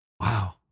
Wow